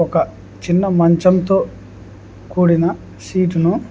ఒక చిన్న మంచంతో కూడిన సీటును